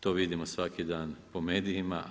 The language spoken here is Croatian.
To vidimo svaki dan po medijima.